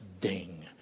ding